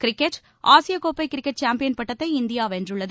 cricket ஆசிய கோப்பை cricket champion பட்டத்தை இந்தியா வென்றுள்ளது